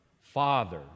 Father